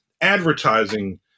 Advertising